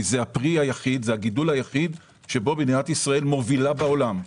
זה הגידול היחיד שבו מדינת ישראל מובילה בעולם,